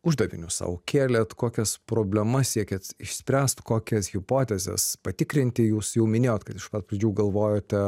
uždavinius sau kėlėt kokias problemas siekėt išspręst kokias hipotezes patikrinti jūs jau minėjot kad iš pat pradžių galvojote